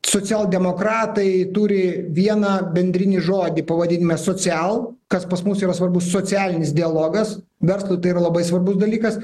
socialdemokratai turi vieną bendrinį žodį pavadinime social kas pas mus yra svarbus socialinis dialogas verslui tai yra labai svarbus dalykas